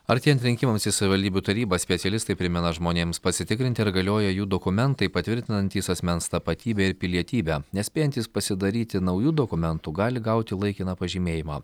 artėjant rinkimams į savivaldybių tarybas specialistai primena žmonėms pasitikrinti ar galioja jų dokumentai patvirtinantys asmens tapatybę ir pilietybę nespėjantys pasidaryti naujų dokumentų gali gauti laikiną pažymėjimą